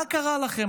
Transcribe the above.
מה קרה לכם?